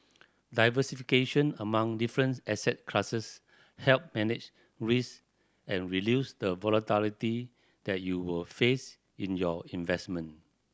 diversification among difference asset classes help manage risk and reduce the volatility that you will face in your investment